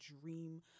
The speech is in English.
dream